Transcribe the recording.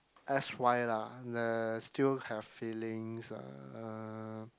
S_Y lah err still have feelings uh